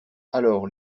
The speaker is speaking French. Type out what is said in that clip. alors